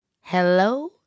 Hello